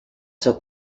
took